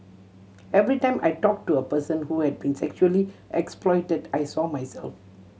every time I talked to a person who had been sexually exploited I saw myself